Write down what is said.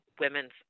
women's